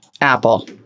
Apple